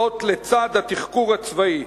זאת לצד התחקור הצבאי.